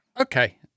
Okay